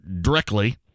directly